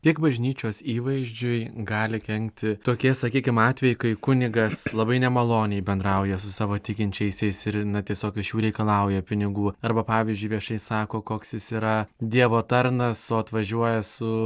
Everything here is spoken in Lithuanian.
kiek bažnyčios įvaizdžiui gali kenkti tokie sakykim atvejai kai kunigas labai nemaloniai bendrauja su savo tikinčiaisiais ir na tiesiog iš jų reikalauja pinigų arba pavyzdžiui viešai sako koks jis yra dievo tarnas o atvažiuoja su